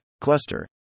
Cluster